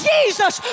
Jesus